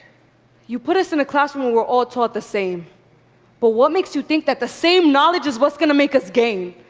you put us in a classroom we're all taught the same but what makes you think that the same knowledge is what's gonna make us gain?